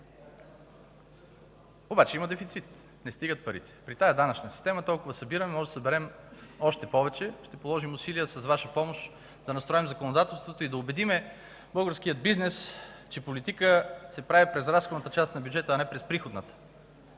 Обаче има дефицит, парите не стигат. При тази данъчна система толкова събираме. Можем да съберем още повече – ще положим усилия с Ваша помощ да настроим законодателството и да убедим българския бизнес, че политика се прави през разходната част на бюджета, а не през приходната.